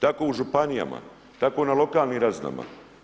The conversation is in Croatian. Tako u županijama, tako i na lokalnim razinama.